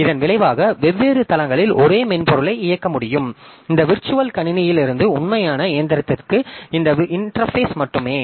இதன் விளைவாக வெவ்வேறு தளங்களில் ஒரே மென்பொருளை இயக்க முடியும் இந்த விர்ச்சுவல் கணினியிலிருந்து உண்மையான இயந்திரத்திற்கு இந்த இன்டெர்பேஸ் மட்டுமே